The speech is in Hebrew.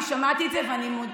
מירב,